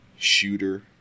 Shooter